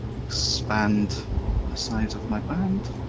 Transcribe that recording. expand the size of my band.